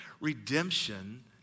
Redemption